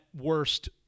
worst